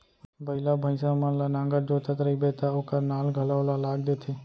बइला, भईंसा मन ल नांगर जोतत रइबे त ओकर नाल घलौ ल लाग देथे